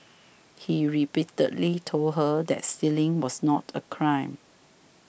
he repeatedly told her that stealing was not a crime